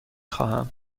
خواهم